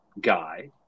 guy